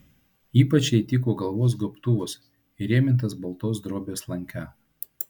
ypač jai tiko galvos gobtuvas įrėmintas baltos drobės lanke